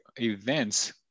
events